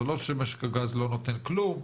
זה לא שמשק הגז לא נותן כלום,